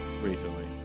recently